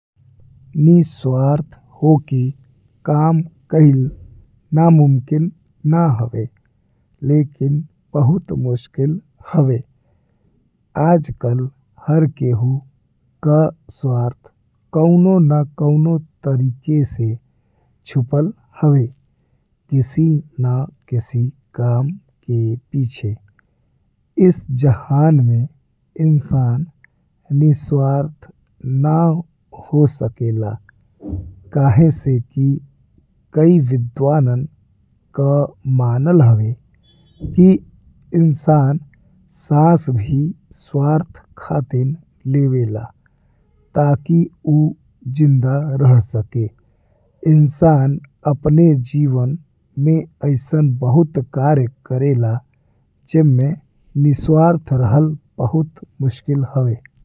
निस्वार्थ होके काम कइल नमुमकिन ना हवे, लेकिन बहुत मुश्किल हवे, आजकल हर केहु का स्वार्थ कउनो ना कउनो तरीके से छुपल हवे। किसी ना किसी काम के पीछे इस जहान में इंसान निस्वार्थ ना हो सकेला, काहे से कि कई विद्वानन का मनल हवे कि इंसान साँस भी स्वार्थ खातिन लेवेला ताकि ऊ जिंदा रह सके। इंसान अपने जीवन में अइसन बहुत कार्य करेला जेमे निस्वार्थ रहल बहुत मुश्किल हवे।